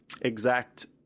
exact